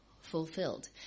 fulfilled